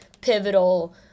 pivotal